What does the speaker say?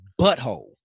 butthole